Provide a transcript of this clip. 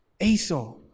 Esau